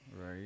Right